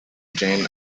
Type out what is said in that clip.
jane